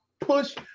push